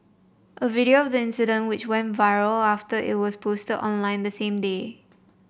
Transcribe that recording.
a video of the incident which went viral after it was posted online the same day